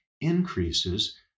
increases